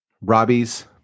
Robbie's